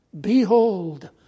Behold